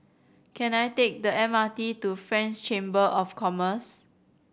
can I take the M R T to French Chamber of Commerce